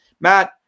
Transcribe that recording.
Matt